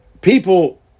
people